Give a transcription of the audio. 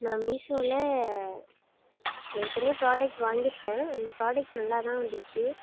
நான் மீசோவில் ஏற்கனவே ப்ராடக்ட் வாங்கியிருக்கேன் அந்த ப்ராடக்ட் நல்லா தான் இருந்துச்சு